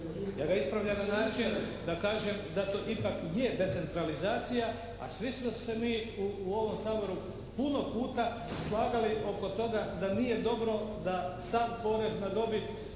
Ja ga ispravljam na način da kažem da to ipak je decentralizacija, a svi smo se mi u ovom Saboru puno puta slagali oko toga da nije dobro da sav porez na dobit